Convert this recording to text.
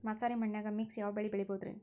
ಮಸಾರಿ ಮಣ್ಣನ್ಯಾಗ ಮಿಕ್ಸ್ ಯಾವ ಬೆಳಿ ಬೆಳಿಬೊದ್ರೇ?